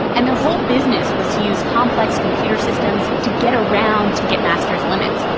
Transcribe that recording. and their whole business was to use complex computer systems to get around ticketmaster's limits,